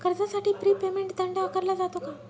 कर्जासाठी prepayment दंड आकारला जातो का?